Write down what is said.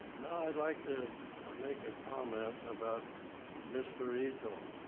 now i'd like to make a comment about mr. ito